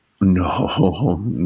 No